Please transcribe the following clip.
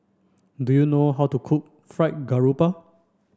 do you know how to cook Fried Garoupa